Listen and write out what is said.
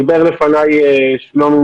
דיבר לפניי שלומי,